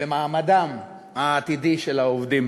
במעמדם העתידי של העובדים.